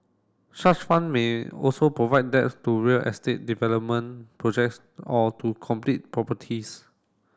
such fund may also provide debt to real estate development projects or to complete properties